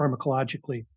pharmacologically